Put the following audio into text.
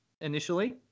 initially